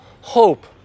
hope